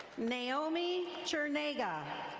naomi churnega.